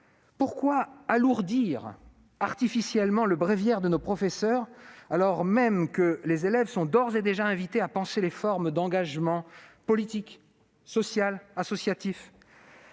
Pourquoi alourdir artificiellement le bréviaire de nos professeurs, alors même que les élèves sont d'ores et déjà invités à penser les formes d'engagement politique, social et associatif ?